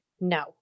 no